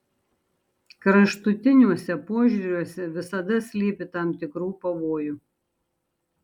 kraštutiniuose požiūriuose visada slypi tam tikrų pavojų